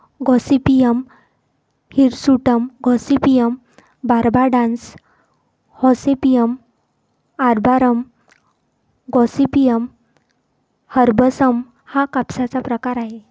Gossypium hirsutum, gossypium barbadense, gossypium arboreum, gossypium herbaceum हा कापसाचा प्रकार आहे